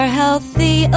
healthy